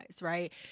right